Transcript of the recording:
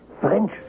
French